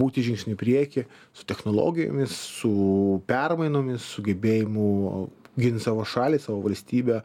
būti žingsniu prieky su technologijomis su permainomis sugebėjimu gint savo šalį savo valstybę